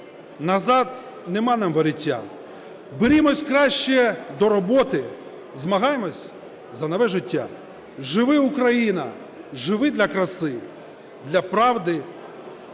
Назад нема нам воріття. Берімось краще до роботи. Змагаймось за нове життя!" "Живи, Україно, живи для краси, для правди,